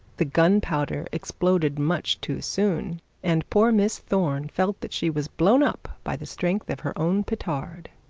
the gunpowder exploded much too soon and poor miss thorne felt that she was blown up by the strength of her own petard.